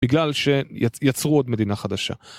בגלל שיצרו עוד מדינה חדשה.